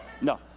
No